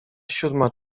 siódma